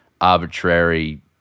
arbitrary